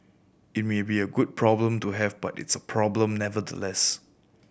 it may be a good problem to have but it's a problem nevertheless